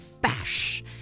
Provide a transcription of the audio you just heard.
bash